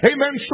Amen